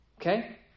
Okay